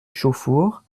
chauffour